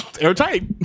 airtight